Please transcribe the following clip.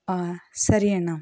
ಹಾಂ ಸರಿ ಅಣ್ಣ